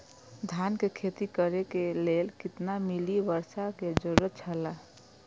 धान के खेती करे के लेल कितना मिली वर्षा के जरूरत छला?